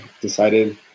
decided